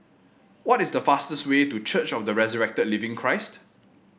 what is the fastest way to Church of the Resurrected Living Christ